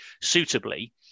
suitably